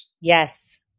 Yes